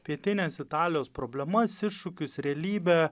pietinės italijos problemas iššūkius realybę